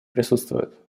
присутствует